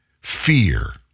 Fear